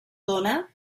dóna